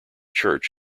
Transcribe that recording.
church